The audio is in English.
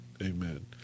Amen